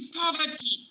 poverty